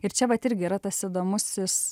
ir čia vat irgi yra tas įdomusis